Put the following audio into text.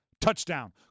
Touchdown